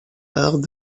arts